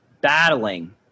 battling